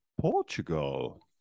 portugal